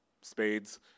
spades